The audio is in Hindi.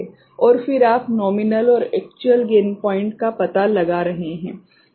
और फिर आप नोमीनल और एक्चुअल गेन पॉइंट का पता लगा रहे हैं